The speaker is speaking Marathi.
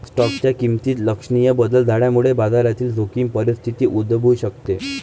स्टॉकच्या किमतीत लक्षणीय बदल झाल्यामुळे बाजारातील जोखीम परिस्थिती उद्भवू शकते